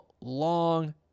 long